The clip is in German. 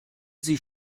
sie